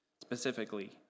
specifically